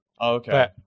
Okay